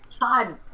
God